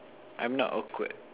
I'm not awkward